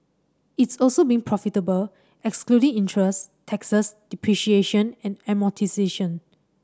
it's also been profitable excluding interest taxes depreciation and amortisation